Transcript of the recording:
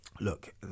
Look